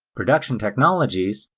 production technologies,